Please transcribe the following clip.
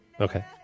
Okay